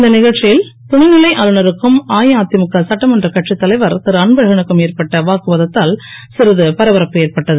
இந்த நிகழ்ச்சியில் துணை நிலை ஆளுநருக்கும் அஇஅதிமுக சட்டமன்ற கட்சித் தலைவர் திரு அன்பழகனுக்கும் ஏற்பட்ட வாக்குவாதத்தால் சிறிது பரபரப்பு ஏற்பட்டது